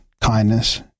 kindness